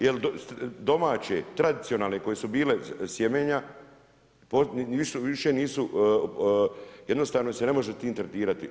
Jel domaće tradicionalne koje su bile sjemenja više nisu jednostavno ih se ne može tim tretirati.